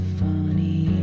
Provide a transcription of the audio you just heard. funny